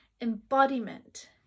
embodiment